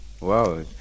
Wow